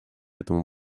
этому